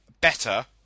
better